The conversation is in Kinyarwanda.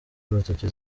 urutoki